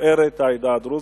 לתפארת העדה הדרוזית,